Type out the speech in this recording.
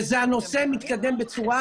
הנושא מתקדם בצורה